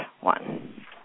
one